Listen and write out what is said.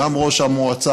גם ראש המועצה,